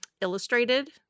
illustrated